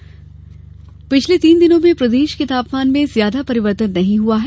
मौसम पिछले तीन दिनों में प्रदेश के तापमान में ज्यादा परिर्वतन नहीं हुआ है